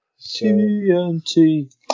TNT